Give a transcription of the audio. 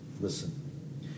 Listen